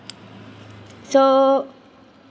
so